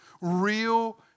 real